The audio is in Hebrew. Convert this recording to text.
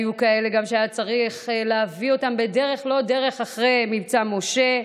גם היו כאלה שהיה צריך להביא אותם בדרך לא דרך אחרי מבצע משה.